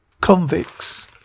convicts